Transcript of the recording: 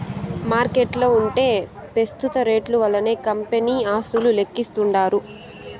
మార్కెట్ల ఉంటే పెస్తుత రేట్లు వల్లనే కంపెనీ ఆస్తులు లెక్కిస్తాండారు